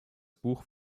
buch